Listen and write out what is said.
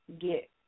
get